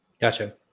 Gotcha